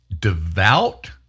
devout